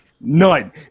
None